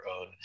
own